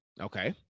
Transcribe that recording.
Okay